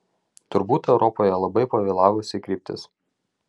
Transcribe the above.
turbūt europoje labai pavėlavusi kryptis